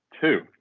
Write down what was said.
two